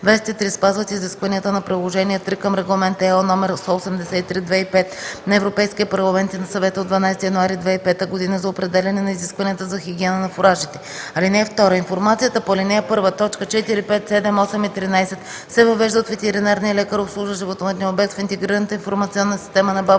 23. спазват изискванията на приложение ІІІ към Регламент (ЕО) № 183/2005 на Европейския парламент и на Съвета от 12 януари 2005 г. за определяне на изискванията за хигиена на фуражите. (2) Информацията по ал. 1, т. 4, 5, 7, 8 и 13 се въвежда от ветеринарния лекар, обслужващ животновъдния обект, в Интегрираната информационна система на БАБХ